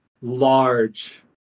large